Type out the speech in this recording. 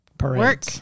work